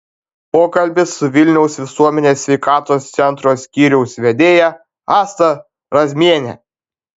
pokalbis su vilniaus visuomenės sveikatos centro skyriaus vedėja asta razmiene